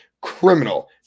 Criminal